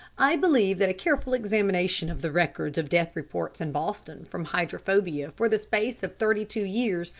i believe that a careful examination of the records of death reported in boston from hydrophobia for the space of thirty-two years,